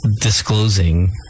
disclosing